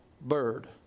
bird